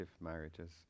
marriages